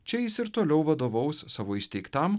čia jis ir toliau vadovaus savo įsteigtam